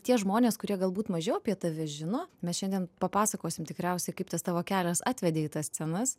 tie žmonės kurie galbūt mažiau apie tave žino mes šiandien papasakosim tikriausiai kaip tas tavo kelias atvedė į tas scenas